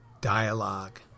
dialogue